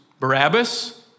Barabbas